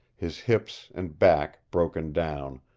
his hips and back broken down,